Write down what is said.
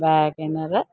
WagonR